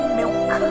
milk